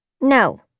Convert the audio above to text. No